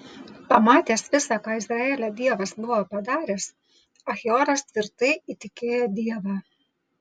pamatęs visa ką izraelio dievas buvo padaręs achioras tvirtai įtikėjo dievą